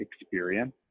experience